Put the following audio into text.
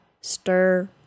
stir